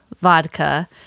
vodka